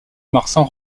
marsan